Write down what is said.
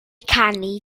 canu